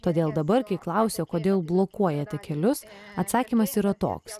todėl dabar kai klausia o kodėl blokuojate kelius atsakymas yra toks